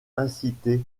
incité